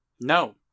No